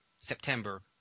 September